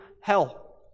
hell